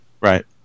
Right